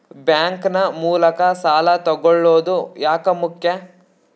Bank ನ ಮೂಲಕ ಸಾಲ ತಗೊಳ್ಳೋದು ಯಾಕ ಮುಖ್ಯ?